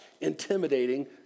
intimidating